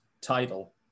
title